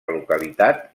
localitat